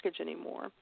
anymore